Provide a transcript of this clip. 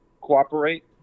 cooperate